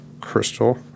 Crystal